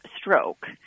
stroke